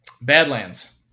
Badlands